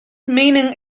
meaning